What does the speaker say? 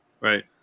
right